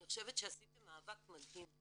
אני חושבת שעשיתם מאבק מדהים,